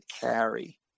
carry